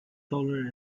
taller